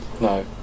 No